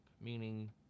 meaning